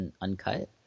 uncut